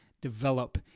develop